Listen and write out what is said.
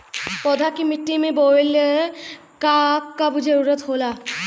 पौधा के मिट्टी में बोवले क कब जरूरत होला